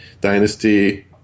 Dynasty